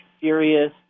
serious